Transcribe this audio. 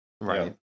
Right